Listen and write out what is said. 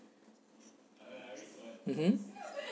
mmhmm